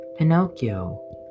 Pinocchio